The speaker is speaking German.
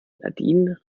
nadine